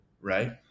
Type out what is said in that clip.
right